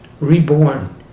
reborn